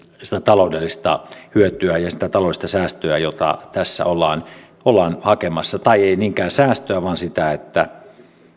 sitä taloudellista hyötyä ja sitä taloudellista säästöä jota tässä ollaan ollaan hakemassa tai ei niinkään säästöä vaan sitä että